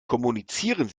kommunizieren